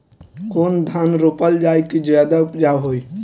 कौन धान रोपल जाई कि ज्यादा उपजाव होई?